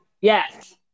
Yes